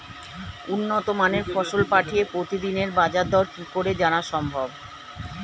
উন্নত মানের ফসল পাঠিয়ে প্রতিদিনের বাজার দর কি করে জানা সম্ভব?